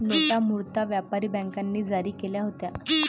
नोटा मूळतः व्यापारी बँकांनी जारी केल्या होत्या